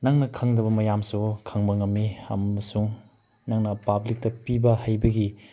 ꯅꯪꯅ ꯈꯪꯗꯕ ꯃꯌꯥꯝꯁꯨ ꯈꯪꯕ ꯉꯝꯃꯤ ꯑꯃꯁꯨꯡ ꯅꯪꯅ ꯄꯥꯕ꯭ꯂꯤꯛꯇ ꯄꯤꯕ ꯍꯩꯕꯒꯤ